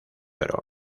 oro